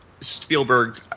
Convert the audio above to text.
Spielberg